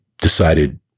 decided